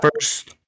first